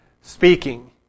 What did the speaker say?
speaking